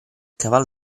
caval